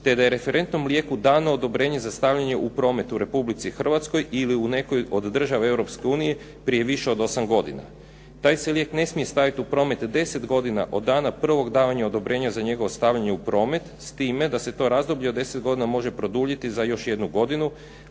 te da je referentnom lijeku dano odobrenje za stavljanje u promet u Republici Hrvatskoj ili u nekoj od država Europske unije prije više od 8 godina. Taj se lijek ne smije staviti u promet 10 godina od dana prvog davanja odobrenja za njegovo stavljanje u promet s time da se to razdoblje od 10 godina može produljiti za još jednu godinu